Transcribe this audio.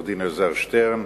עורך-הדין אלעזר שטרן,